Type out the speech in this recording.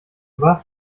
warst